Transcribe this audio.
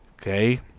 Okay